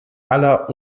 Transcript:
aller